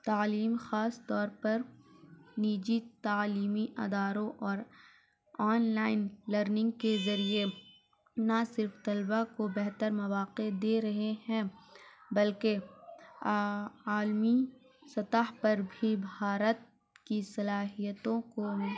تعلیم خاص طور پر نجی تعلیمی اداروں اور آن لائن لرنگ کے ذریعے نہ صرف طلبا کو بہتر مواقع دے رہے ہیں بلکہ عالمی سطح پر بھی بھارت کی صلاحیتوں کو